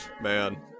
Man